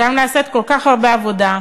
שם נעשית כל כך הרבה עבודה,